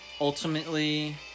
Ultimately